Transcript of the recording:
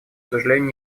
сожалению